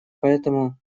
поэтому